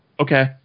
Okay